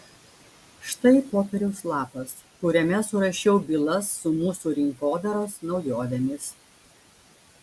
štai popieriaus lapas kuriame surašiau bylas su mūsų rinkodaros naujovėmis